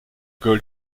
goal